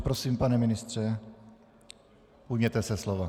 Prosím, pane ministře, ujměte se slova.